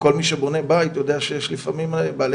כל מי שבונה בית יודע שיש לפעמים בעלי